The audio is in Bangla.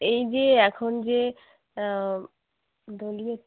এই যে এখন যে দলীয়